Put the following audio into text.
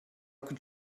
could